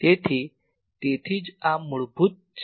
તેથી તેથી જ આ મૂળભૂત છે